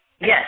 Yes